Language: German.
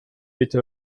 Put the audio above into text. bitte